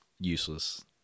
Useless